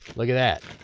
look at that,